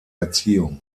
erziehung